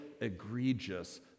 egregious